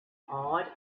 awed